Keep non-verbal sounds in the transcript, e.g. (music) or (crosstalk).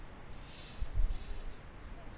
(breath)